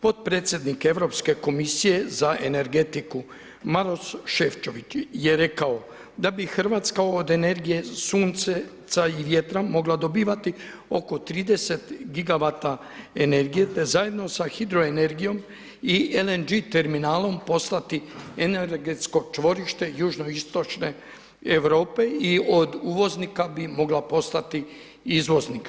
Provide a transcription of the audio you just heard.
Potpredsjednik Europske komisije za energetiku Maroš Šefčovič je rekao da bi Hrvatska od energije sunca i vjetra mogla dobivati oko 30 gigavata energije te zajedno sa hidroenergijom i LNG terminalom, postati energetsko čvorište jugoistočne Europe i od uvoznika bi mogla postati izvoznik.